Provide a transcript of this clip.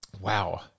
wow